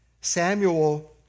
Samuel